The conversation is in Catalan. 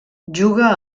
juga